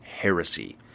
heresy